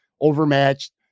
overmatched